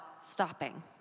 stopping